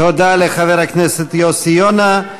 תודה לחבר הכנסת יוסי יונה.